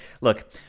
Look